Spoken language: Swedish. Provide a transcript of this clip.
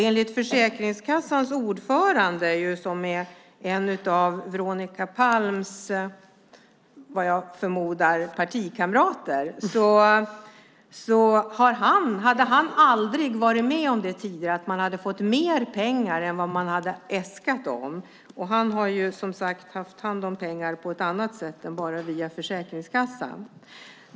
Enligt Försäkringskassans ordförande, som jag förmodar är en av Veronica Palms partikamrater, hade han aldrig tidigare varit med om att de fått mer pengar än de hade äskat om. Och han har ju haft hand om pengar på andra ställen än på Försäkringskassan.